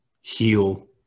heal